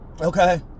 Okay